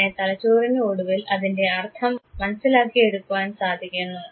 അങ്ങനെ തലച്ചോറിന് ഒടുവിൽ അതിൻറെ അർത്ഥം മനസ്സിലാക്കി എടുക്കുവാൻ സാധിക്കുന്നു